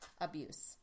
abuse